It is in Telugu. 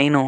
నేను